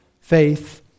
faith